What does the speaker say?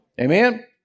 Amen